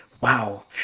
wow